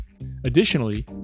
additionally